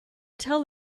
tell